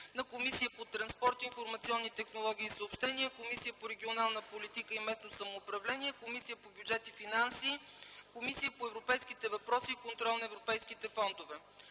на Комисията по транспорт, информационни технологии и съобщения, Комисията по регионална политика и местно самоуправление, Комисията по бюджет и финанси, Комисията по европейските въпроси и контрол на европейските фондове;